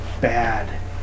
bad